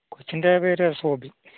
കൊച്ചിൻ്റെ പേര് സോബി